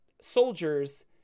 soldiers